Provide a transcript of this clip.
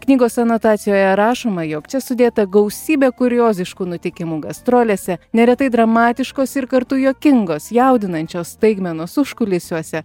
knygos anotacijoje rašoma jog čia sudėta gausybė kurioziškų nutikimų gastrolėse neretai dramatiškos ir kartu juokingos jaudinančios staigmenos užkulisiuose